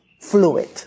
fluid